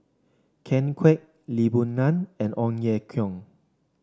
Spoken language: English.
Ken Kwek Lee Boon Ngan and Ong Ye Kung